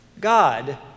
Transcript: God